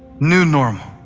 new normal,